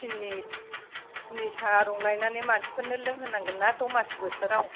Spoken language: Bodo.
सिनि सिनि साहा रं लायनानै मानसिफोरनो लोंहोनांगोन ना दमासि बोथोराव